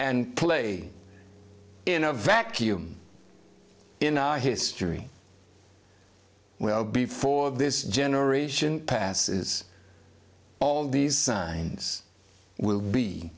and play in a vacuum in our history well before this generation passes all these signs will be